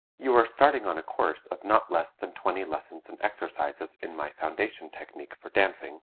you are starting on a course of not less than twenty lessons and exercises in my foundation technique for dancing,